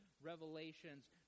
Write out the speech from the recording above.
Revelations